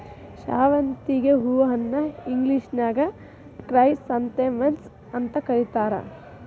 ಶಾವಂತಿಗಿ ಹೂವನ್ನ ಇಂಗ್ಲೇಷನ್ಯಾಗ ಕ್ರೈಸಾಂಥೆಮಮ್ಸ್ ಅಂತ ಕರೇತಾರ